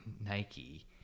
nike